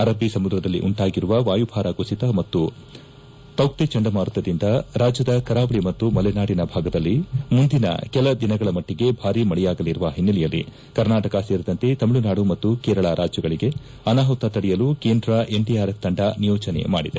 ಅರಬ್ಬೀ ಸಮುದ್ರದಲ್ಲಿ ಉಂಟಾಗಿರುವ ವಾಯುಭಾರ ಕುಸಿತ ಮತ್ತು ತೌಕ್ತೆ ಚಂಡಮಾರುತದಿಂದ ರಾಜ್ಯದ ಕರಾವಳಿ ಮತ್ತು ಮಲೆನಾಡಿನ ಭಾಗದಲ್ಲಿ ಮುಂದಿನ ಕೆಲ ದಿನಗಳ ಮಟ್ಟಿಗೆ ಭಾರಿ ಮಳೆಯಾಗಲಿರುವ ಹಿನ್ನೆಲೆಯಲ್ಲಿ ಕರ್ನಾಟಕ ಸೇರಿದಂತೆ ತಮಿಳುನಾದು ಮತ್ತು ಕೇರಳ ರಾಜ್ಯಗಳಿಗೆ ಅನಾಹುತ ತಡೆಯಲು ಕೇಂದ್ರ ಎನ್ಡಿಆರ್ಎಫ್ ತಂಡ ನಿಯೋಜನೆ ಮಾಡಿದೆ